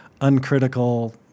uncritical